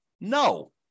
No